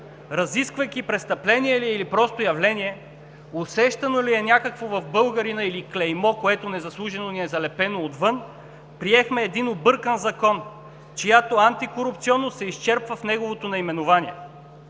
разисквайки престъпление ли е, или просто е явление, усещане ли е някакво в българина, или е клеймо, което незаслужено ни е залепено отвън, приехме един объркан Закон, чиято антикорупционност се изчерпва в неговото наименование.